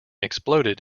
exploded